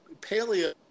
paleo